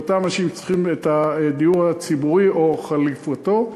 לאותם אנשים שצריכים את הדיור הציבורי או חליפתו,